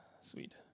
Sweet